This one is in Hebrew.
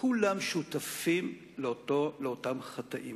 כולם שותפים לאותם חטאים.